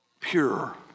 pure